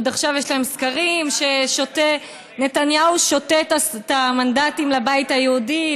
עוד עכשיו יש להם סקרים שנתניהו שותה את המנדטים לבית היהודי,